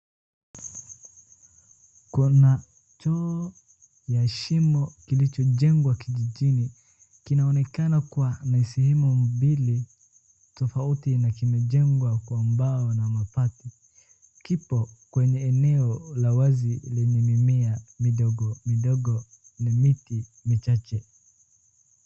Kuna choo ya shimo kilichojengwa kijijini. Kinaonekana kuwa na sehemu mbili tofauti na kimejengwa na mbao na mabati. Kipo kwenye eneo la wazi lenye mimea midogo midogo, ni miti michache.